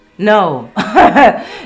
No